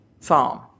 farm